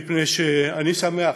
מפני שאני שמח,